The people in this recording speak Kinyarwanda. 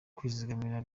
kwizigamira